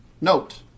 Note